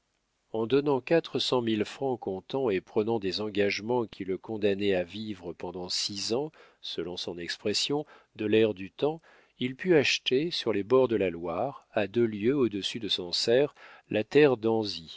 en donnant quatre cent mille francs comptant et prenant des engagements qui le condamnaient à vivre pendant six ans selon son expression de l'air du temps il put acheter sur les bords de la loire à deux lieues au-dessus de sancerre la terre d'anzy